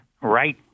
right